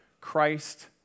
Christ